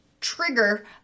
trigger